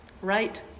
right